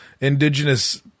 indigenous